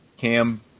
Cam